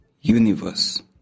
universe